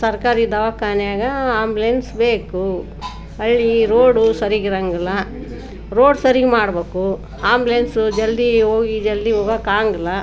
ಸರ್ಕಾರಿ ದವಾಖಾನ್ಯಾಗ ಆ್ಯಂಬುಲೆನ್ಸ್ ಬೇಕು ಹಳ್ಳಿ ರೋಡು ಸರೀಗಿರಂಗಿಲ್ಲ ರೋಡ್ ಸರಿಗೆ ಮಾಡಬೇಕು ಆ್ಯಂಬುಲೆನ್ಸು ಜಲ್ದಿ ಹೋಗಿ ಜಲ್ದಿ ಹೋಗೋಕ್ಕಾಂಗಿಲ್ಲ